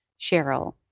Cheryl